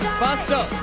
faster